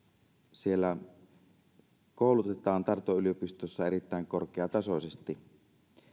siellä koulutetaan tarton yliopistossa erittäin korkeatasoisesti